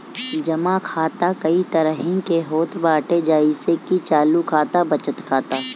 जमा खाता कई तरही के होत बाटे जइसे की चालू खाता, बचत खाता